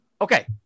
Okay